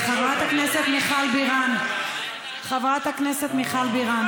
חברת הכנסת מיכל בירן, חברת הכנסת מיכל בירן,